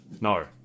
No